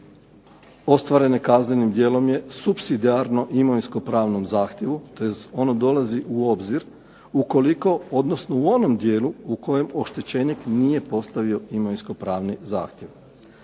ostvarene kaznenim djelom je supsidijarno imovinsko-pravnom zahtjevu, tj. ono dolazi u obzir ukoliko, odnosno u onom dijelu u kojem oštečenik nije postavio imovinsko-pravni zahtjev.